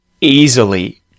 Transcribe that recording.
easily